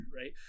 right